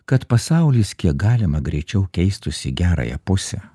kad pasaulis kiek galima greičiau keistųsi į gerąją pusę